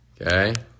Okay